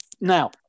Now